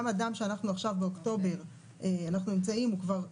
גם אדם אנחנו נמצאים עכשיו באוקטובר הוא כבר עבר,